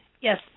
Yes